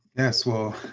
yes, well,